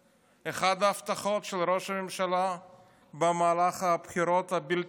אחת ההבטחות של ראש הממשלה במהלך הבחירות הבלתי-פוסקות,